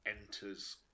enters